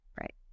right